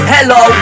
Hello